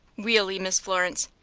weally, miss florence,